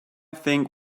think